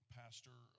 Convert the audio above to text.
pastor